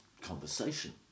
conversation